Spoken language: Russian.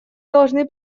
должны